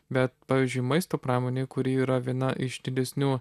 bet pavyzdžiui maisto pramonė kuri yra viena iš didesnių